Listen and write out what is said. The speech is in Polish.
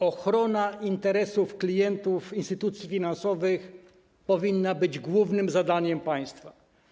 Ochrona interesów klientów instytucji finansowych powinna być głównym zadaniem państwa.